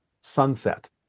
sunset